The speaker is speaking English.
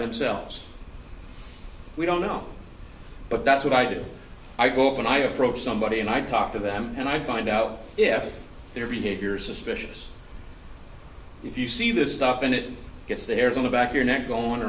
themselves we don't know but that's what i do i go when i approach somebody and i talk to them and i find out if their behavior suspicious if you see this stuff and it gets the hairs on the back your neck going